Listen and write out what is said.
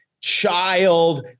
child